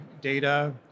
data